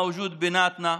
המגפה נמצאת בינינו,